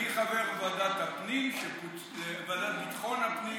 אני חבר בוועדת ביטחון הפנים,